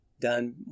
done